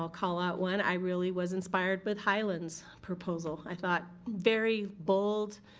call call out one. i really was inspired with highland's proposal. i thought very bold,